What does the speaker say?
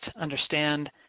understand